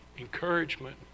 encouragement